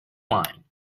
line